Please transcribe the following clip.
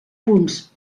punts